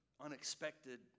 unexpected